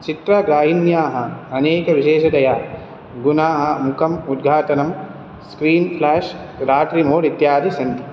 चित्रग्राहिन्याः अनेकविशेषतया गुणाः मुखम् उद्घाटनं स्क्रीन् फ़्लाश् रात्रि मूड् इत्यादि सन्ति